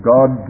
God